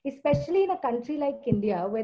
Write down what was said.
especially in a country like india where